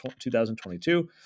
2022